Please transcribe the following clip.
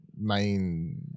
main